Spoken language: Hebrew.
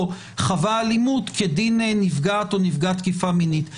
חווה אלימות כדין נפגעת או נפגע תקיפה מינית,